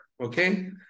Okay